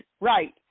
right